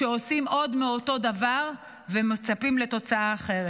כשעושים עוד מאותו דבר ומצפים לתוצאה אחרת.